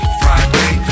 friday